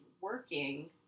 working